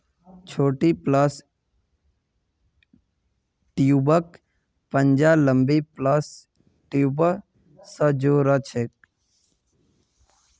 छोटी प्लस ट्यूबक पंजा लंबी प्लस ट्यूब स जो र छेक